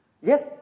Yes